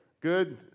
Good